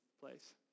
place